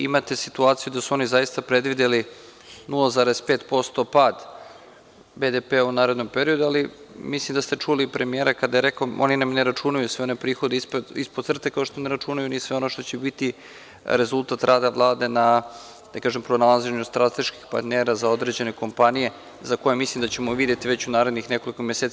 Imate situaciju da su oni zaista predvideli 0,5% pad BDP u narednom periodu, ali mislim da ste čuli premijera kada je rekao – oni nam ne računaju sve one prihode ispod crte, kao što ne računaju sve ono što će biti rezultat rada Vlade na pronalaženju strateških partnera za određene kompanije za koje mislim da ćemo videti već u narednih nekoliko meseci.